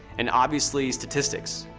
and obviously statistics,